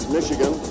Michigan